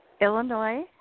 Illinois